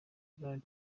donald